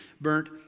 burnt